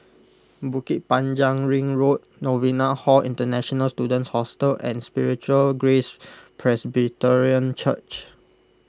Bukit Panjang Ring Road Novena Hall International Students Hostel and Spiritual Grace Presbyterian Church